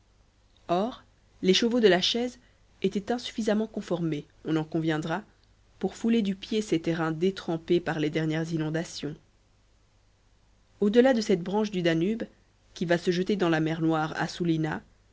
les chevaux de la chaise étaient insuffisamment conformés on en conviendra pour fouler du pied ces terrains détrempés par les dernières inondations au delà de cette branche du danube qui va se jeter dans la mer noire à sulina